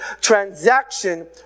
transaction